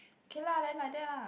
okay lah then like that lah